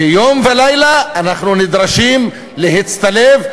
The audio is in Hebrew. ויום ולילה אנחנו נדרשים להצטלב,